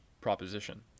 proposition